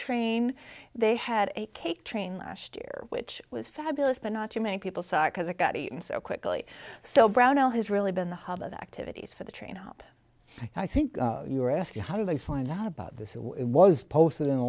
train they had a cake train last year which was fabulous but not you many people cite because it got eaten so quickly so brownell has really been the hub of activities for the train up i think you were asking how did they find out about this it was posted in